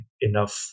enough